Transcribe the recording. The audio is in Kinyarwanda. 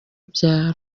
bya